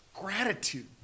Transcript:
gratitude